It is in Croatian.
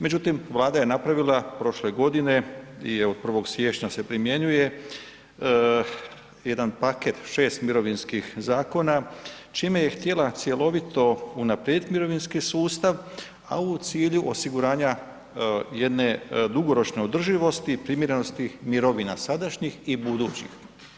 Međutim Vlada je napravila prošle godine i od 1. siječnja se primjenjuje, jedan paket 6 mirovinskih zakona čime je htjela cjelovito unaprijediti mirovinski sustav a u cilju osiguranja jedne dugoročne održivosti primjerenosti tih mirovina sadašnjih i budućih.